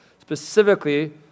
specifically